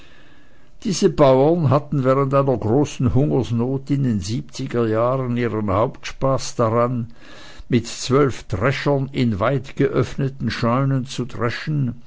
diese bauern hatten während einer großen hungersnot in den siebziger jahren ihren hauptspaß daran mit zwölf dreschern in weitgeöffneten scheunen zu dreschen